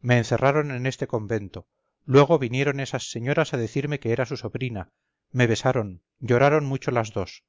me encerraron en este convento luego vinieron esas señoras a decirme que era su sobrina me besaron lloraron mucho las dos